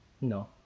no